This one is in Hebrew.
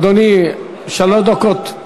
אדוני, שלוש דקות.